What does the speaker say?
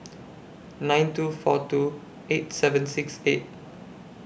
nine two four two eight seven six eight